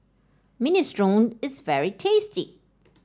Minestrone is very tasty